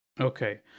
Okay